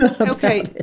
Okay